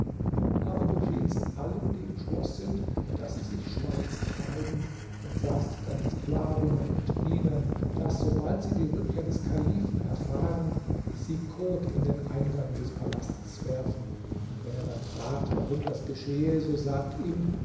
du aber befiehlst allen die im schloß sind daß sie sich schwarz kleiden und sagst deinen sklavinnen und dienern daß sobald sie die rückkehr des kalifen erfahren sie kot in den eingang des palasts werfen und wenn er dann fragt warum das geschehe so sagt ihm